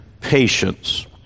patience